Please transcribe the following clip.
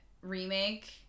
remake